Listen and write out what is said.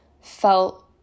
felt